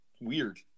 weird